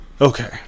okay